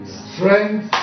strength